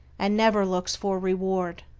and never looks for reward.